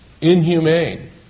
inhumane